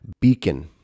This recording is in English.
beacon